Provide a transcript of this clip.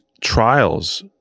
trials